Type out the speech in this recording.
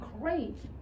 great